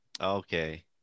Okay